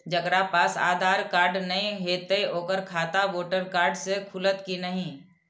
जकरा पास आधार कार्ड नहीं हेते ओकर खाता वोटर कार्ड से खुलत कि नहीं?